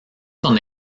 son